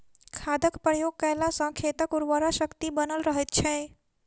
खादक प्रयोग कयला सॅ खेतक उर्वरा शक्ति बनल रहैत छै